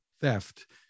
theft